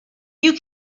you